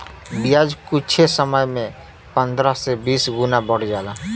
बियाज कुच्छे समय मे पन्द्रह से बीस गुना बढ़ जाला